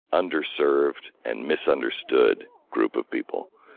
under served and misunderstood group of people.